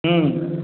हूँ